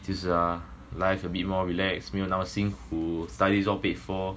就是 ah life a bit more relax 不用那么辛苦 studies all paid for